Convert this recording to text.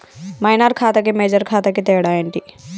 Minor ఖాతా కి major ఖాతా కి తేడా ఏంటి?